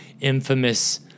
infamous